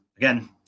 Again